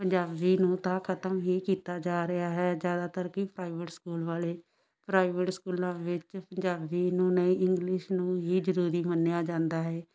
ਪੰਜਾਬੀ ਨੂੰ ਤਾਂ ਖਤਮ ਹੀ ਕੀਤਾ ਜਾ ਰਿਹਾ ਹੈ ਜ਼ਿਆਦਾਤਰ ਕਿ ਪ੍ਰਾਈਵੇਟ ਸਕੂਲ ਵਾਲੇ ਪ੍ਰਾਈਵੇਟ ਸਕੂਲਾਂ ਵਿੱਚ ਪੰਜਾਬੀ ਨੂੰ ਨਹੀਂ ਇੰਗਲਿਸ਼ ਨੂੰ ਹੀ ਜ਼ਰੂਰੀ ਮੰਨਿਆ ਜਾਂਦਾ ਹੈ